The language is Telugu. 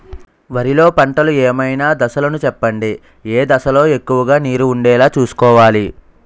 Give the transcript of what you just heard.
వరిలో పంటలు ఏమైన దశ లను చెప్పండి? ఏ దశ లొ ఎక్కువుగా నీరు వుండేలా చుస్కోవలి?